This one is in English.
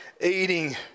eating